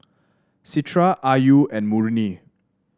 Citra Ayu and Murni